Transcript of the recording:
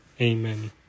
Amen